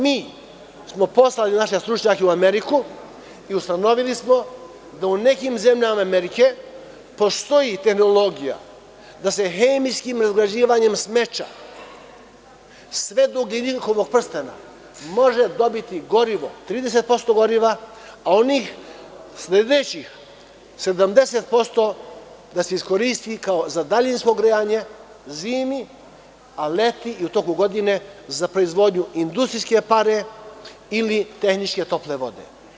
Mi smo poslali naše stručnjake u Ameriku i ustanovili smo da u nekim zemljama Amerike postoji tehnologija da se hemijskim razgrađivanjem smeća sve do njihovog prstena može dobiti gorivo 30% goriva, a onih sledećih 70% da se iskoristi za daljinsko grejanje zimi, a leti i u toku godine za proizvodnju industrijske pare ili tehničke tople vode.